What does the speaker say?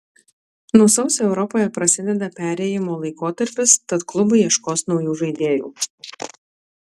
nuo sausio europoje prasideda perėjimo laikotarpis tad klubai ieškos naujų žaidėjų